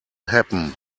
happen